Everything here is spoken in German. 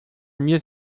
mir